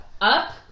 up